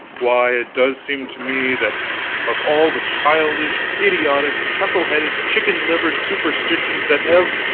why, it does seem to me that of all the childish, idiotic, chuckle-headed, chicken-livered superstitions that ev